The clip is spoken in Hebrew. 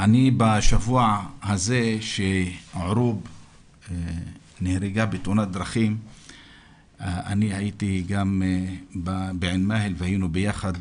בשבוע הזה שערוב נהרגה בתאונת דרכים הייתי באין מאהל והיינו ביחד,